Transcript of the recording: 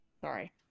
Sorry